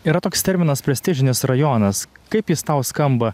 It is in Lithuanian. yra toks terminas prestižinis rajonas kaip jis tau skamba